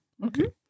Okay